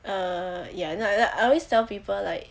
err ya I I always tell people like